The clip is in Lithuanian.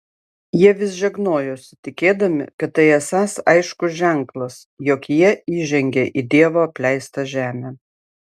jie vis žegnojosi tikėdami kad tai esąs aiškus ženklas jog jie įžengė į dievo apleistą žemę